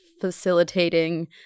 facilitating